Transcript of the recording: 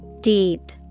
Deep